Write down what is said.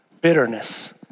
bitterness